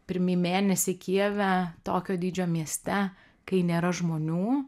pirmi mėnesiai kijeve tokio dydžio mieste kai nėra žmonių